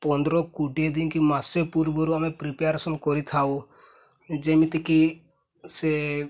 ପନ୍ଦର କୋଡ଼ିଏ ଦିନ କି ମାସେ ପୂର୍ବରୁ ଆମେ ପ୍ରିପ୍ୟାରେସନ୍ କରିଥାଉ ଯେମିତିକି ସେ